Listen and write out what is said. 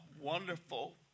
wonderful